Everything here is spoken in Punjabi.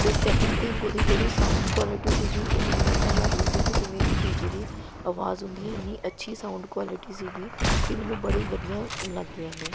ਅਤੇ ਸੈਕਿੰਡ ਥਿੰਗ ਉਹਦੀ ਜਿਹੜੀ ਸਾਊਂਡ ਕੁਆਲਟੀ ਸੀਗੀ ਉਹ ਮੈਨੂੰ ਇੱਦਾਂ ਲੱਗ ਰਹੀ ਸੀ ਕਿ ਜਿਵੇਂ ਕਿ ਡੀ ਜੇ ਦੀ ਆਵਾਜ਼ ਹੁੰਦੀ ਏ ਇੰਨੀ ਅੱਛੀ ਸਾਊਂਡ ਕੁਆਲਟੀ ਸੀਗੀ ਕਿ ਮੈਨੂੰ ਬੜੀ ਵਧੀਆ ਲੱਗਿਆ ਓਨਾ ਈ